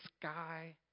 sky